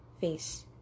face